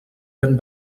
ben